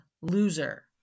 Loser